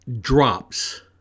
drops